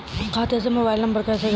खाते से mobile number कैसे जोड़ें?